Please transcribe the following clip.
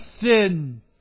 sin